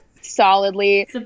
solidly